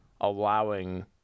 allowing